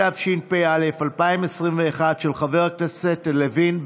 התשפ"א 2021, של חבר הכנסת לוין.